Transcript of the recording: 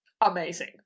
amazing